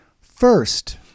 first